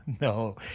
No